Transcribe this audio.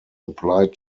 applied